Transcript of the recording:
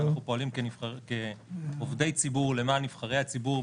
אנחנו פועלים כעובדי ציבור למען נבחרי הציבור,